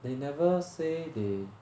they never say they